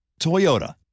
Toyota